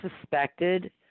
suspected